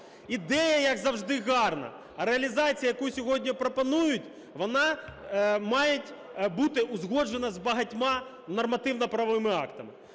Ідея, як завжди, гарна, а реалізація, яку сьогодні пропонують, вона має бути узгоджена з багатьма нормативно-правовими актами.